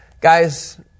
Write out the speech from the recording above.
guys